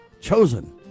chosen